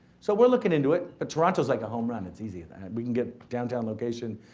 so we're looking into it. but toronto is like a homerun. it's easy. we can get downtown location.